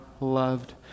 loved